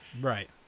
Right